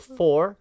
four